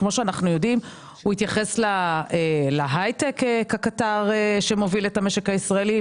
כמו שאנחנו יודעים הוא התייחס להייטק כקטר שמוביל את המשק הישראלי,